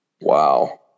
Wow